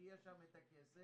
שיש שם הכסף,